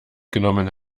genommen